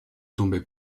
tombait